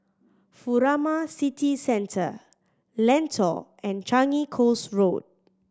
Furama City Centre Lentor and Changi Coast Road